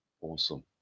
Awesome